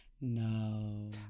no